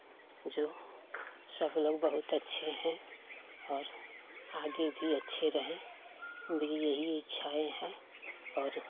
जो सब लोग बहुत अच्छे हैं और आगे भी अच्छे रहें मेरी यही इच्छा है और